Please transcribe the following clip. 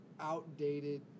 outdated